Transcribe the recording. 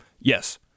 Yes